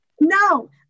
No